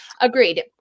agreed